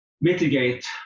mitigate